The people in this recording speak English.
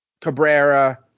Cabrera